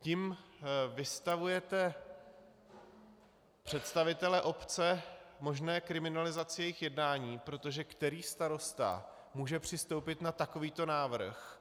Tím vystavujete představitele obce možné kriminalizaci jejich jednání, protože který starosta může přistoupit na takovýto návrh?